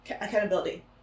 accountability